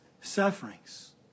sufferings